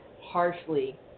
harshly